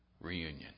reunion